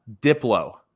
Diplo